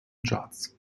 charts